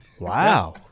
Wow